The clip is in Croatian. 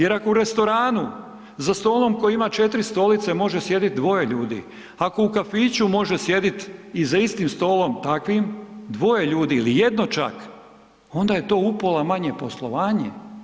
Jer ako u restoranu za stolom koji ima 4 stolice može sjedit dvoje ljudi, ako u kafiću može sjedit i za istim stolom takvim dvoje ljudi ili jedno čak, onda je to upola manje poslovanje.